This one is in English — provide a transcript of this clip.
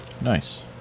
Nice